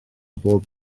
bob